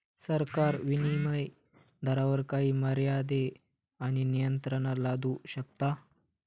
सरकार विनीमय दरावर काही मर्यादे आणि नियंत्रणा लादू शकता